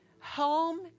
Home